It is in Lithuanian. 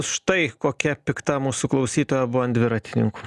štai kokia pikta mūsų klausytoja buvo ant dviratininkų